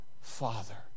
Father